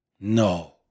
No